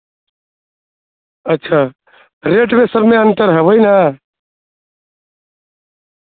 اچھا ریٹ میں سر میں انتر ہے وہی نا